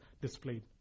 displayed